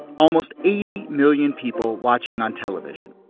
almost eighty million people watching on television,